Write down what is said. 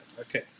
Okay